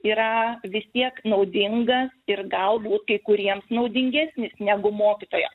yra vis tiek naudinga ir galbūt kai kuriems naudingesnis negu mokytojo